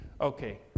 Okay